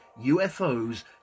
UFOs